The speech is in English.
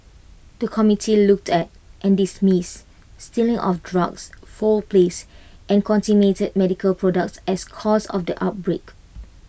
the committee looked at and dismissed stealing of drugs foul plays and contaminated medical products as causes of the outbreak